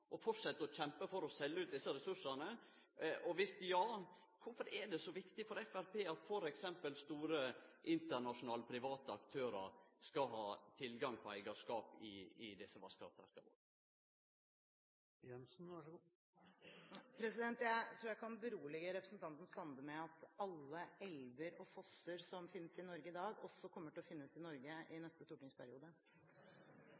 og fortsette å kjempe for å selje ut desse ressursane? Og dersom ja: Kvifor er det så viktig for Framstegspartiet at f.eks. store, internasjonale, private aktørar skal ha tilgang på eigarskap i vasskraftverka våre? Jeg tror jeg kan berolige representanten Sande med at alle elver og fosser som finnes i Norge i dag, også kommer til å finnes i Norge i